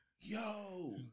yo